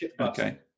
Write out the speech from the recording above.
Okay